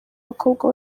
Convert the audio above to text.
bakobwa